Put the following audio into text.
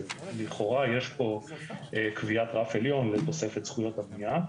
לכאורה יש פה קביעת רף עליון לתוספת זכויות הבנייה,